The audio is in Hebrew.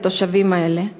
לתושבים האלה.